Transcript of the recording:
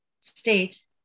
state